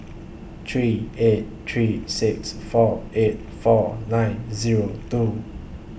three eight three six four eight four nine Zero two